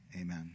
Amen